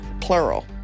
plural